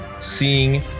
seeing